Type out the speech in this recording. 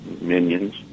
minions